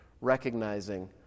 Recognizing